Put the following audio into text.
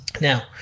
Now